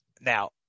now